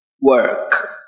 work